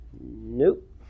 Nope